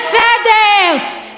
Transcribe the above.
ליצחק רבין,